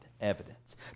evidence